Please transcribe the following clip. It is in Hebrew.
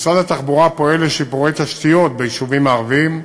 משרד התחבורה פועל לשיפורי תשתיות ביישובים הערביים,